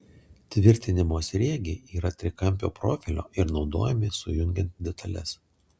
tvirtinimo sriegiai yra trikampio profilio ir naudojami sujungiant detales